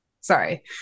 sorry